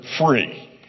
free